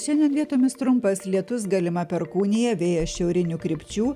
šiandien vietomis trumpas lietus galima perkūnija vėjas šiaurinių krypčių